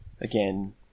again